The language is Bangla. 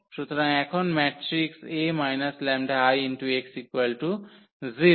সুতরাং এখন ম্যাট্রিক্সটি A 𝜆𝐼x 0